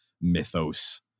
mythos